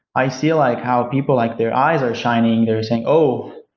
i see like how people like their eyes are shining. they're saying, oh,